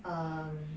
um